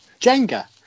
Jenga